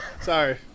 Sorry